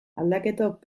aldaketok